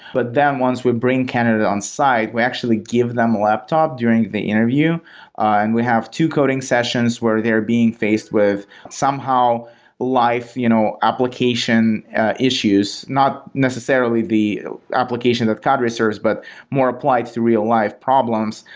but then once we bring candidates on site, will actually give them a laptop during the interview and we have two coding sessions where they're being faced with somehow life you know application issues, not necessarily the application that cadre serves, but more applied to real-life problems.